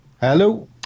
Hello